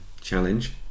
challenge